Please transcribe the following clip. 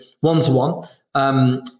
one-to-one